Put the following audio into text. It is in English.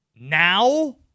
Now